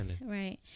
right